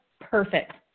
perfect